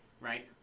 right